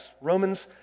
Romans